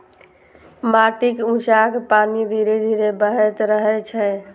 माटिक निच्चाक पानि धीरे धीरे बहैत रहै छै